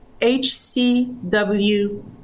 HCW